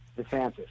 DeSantis